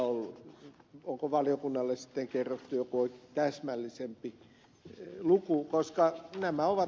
onko valiokunnalle sitten kerrottu joku täsmällisempi luku koska nämä ovat